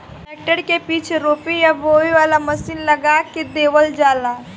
tractor के पीछे रोपे या बोवे वाला मशीन लगा देवल जाला